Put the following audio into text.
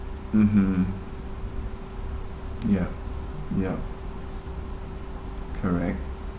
mmhmm yup yup correct